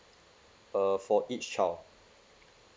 uh for each child